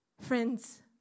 Friends